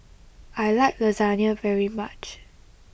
I like Lasagne very much